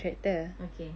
okay